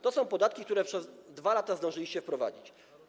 To są podatki, które przez 2 lata zdążyliście wprowadzić.